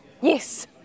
Yes